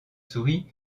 souris